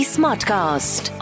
Smartcast